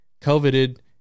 coveted